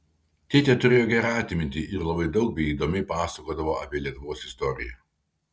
tėtė turėjo gerą atmintį ir labai daug bei įdomiai pasakodavo apie lietuvos istoriją